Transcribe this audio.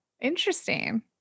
interesting